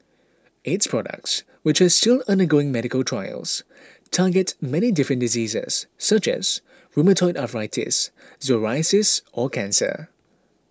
its products which are all still undergoing medical trials target many different diseases such as rheumatoid arthritis psoriasis or cancer